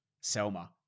Selma